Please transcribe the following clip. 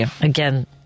again